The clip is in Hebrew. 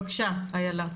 בבקשה איילה.